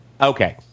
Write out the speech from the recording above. Okay